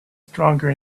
stronger